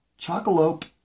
Chocolope